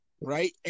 right